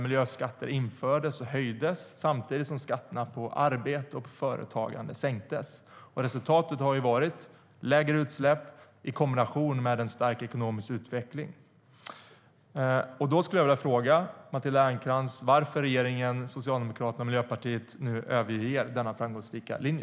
Miljöskatter infördes och höjdes samtidigt som skatterna på arbete och företagande sänktes. Resultatet har varit lägre utsläpp i kombination med en stark ekonomisk utveckling. Jag skulle vilja fråga Matilda Ernkrans varför regeringen med Socialdemokraterna och Miljöpartiet nu överger denna framgångsrika linje.